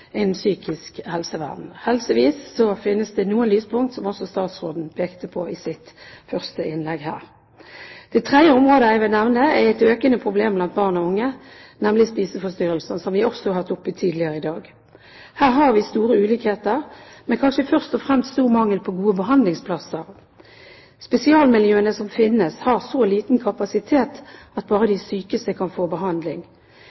psykisk helsevern. Heldigvis finnes det noen lyspunkter, som også statsråden pekte på i sitt første innlegg. Det tredje området jeg vil nevne, er et økende problem blant barn og unge, nemlig spiseforstyrrelser. Det har vi også hatt oppe tidligere i dag. Her har vi store ulikheter, men kanskje først og fremst stor mangel på gode behandlingsplasser. Spesialmiljøene som finnes, har så liten kapasitet at bare